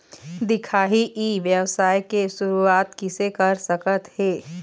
दिखाही ई व्यवसाय के शुरुआत किसे कर सकत हे?